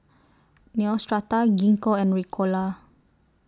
Neostrata Gingko and Ricola